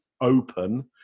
open